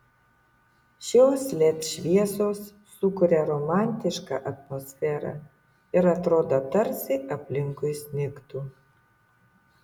šios led šviesos sukuria romantišką atmosferą ir atrodo tarsi aplinkui snigtų